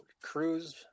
Cruise